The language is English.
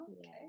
Okay